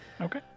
Okay